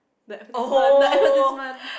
the advertisement the advertisement